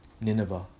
Nineveh